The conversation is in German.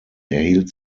erhielt